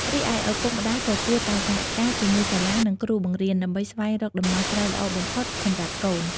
រីឯ ឪពុកម្តាយក៏គួរតែ សហការជាមួយសាលា និងគ្រូបង្រៀន ដើម្បីស្វែងរកដំណោះស្រាយល្អបំផុតសម្រាប់កូន។